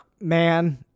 man